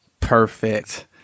Perfect